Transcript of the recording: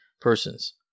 persons